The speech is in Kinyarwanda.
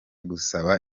gusaba